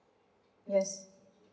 yes